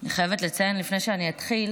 אני חייבת לציין לפני שאתחיל,